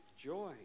joy